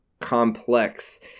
complex